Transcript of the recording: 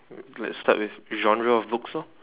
let's start with genre of books lor